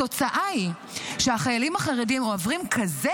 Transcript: התוצאה היא שהחיילים החרדים עוברים כזה